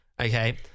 okay